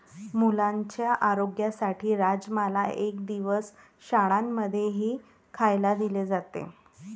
मुलांच्या आरोग्यासाठी राजमाला एक दिवस शाळां मध्येही खायला दिले जाते